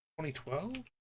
2012